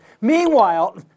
Meanwhile